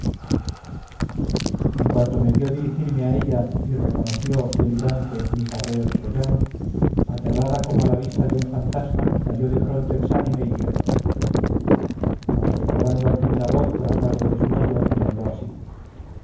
en cuanto me vio dirigirme a ella y reconoció delirante mis arreos troyanos aterrada como a la vista de un fantasma cayó de pronto exánime y yerta mas recobrando al fin la voz tras largo desmayo me habló así